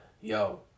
yo